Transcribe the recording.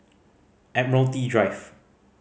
Admiralty Drive